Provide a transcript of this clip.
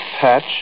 patch